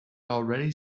already